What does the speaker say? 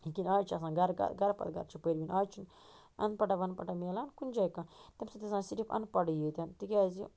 یِتھ کٔنۍ آز چھِ آسان گَرٕ گَرٕ گَرٕ پتہٕ گَرٕ چھِ پٔروٕنۍ آز چھ نہٕ اَن پَڑا ون پڑا کُنہِ جایہِ کانٛہہ تَمہِ ساتہٕ ٲسۍ آسان صِرف اَن پڑٕے یوتن تِکیٛازِ